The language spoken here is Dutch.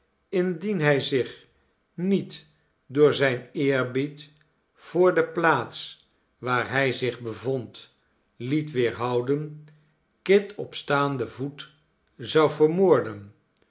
indien hij zich niet door zijn eerbied voor de plaats waar hij zich bevond liet weerhouden kit op staanden voet zou vermoorden